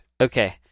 Okay